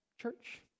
church